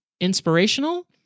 inspirational